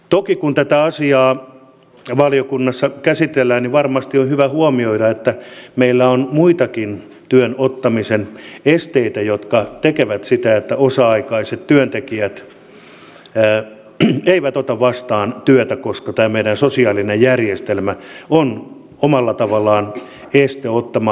toki kun tätä asiaa valiokunnassa käsitellään varmasti on hyvä huomioida että meillä on muitakin työn vastaanottamisen esteitä jotka tekevät sitä että osa aikaiset työntekijät eivät ota vastaan työtä koska tämä meidän sosiaalinen järjestelmä on omalla tavallaan este lisätyön ottamiselle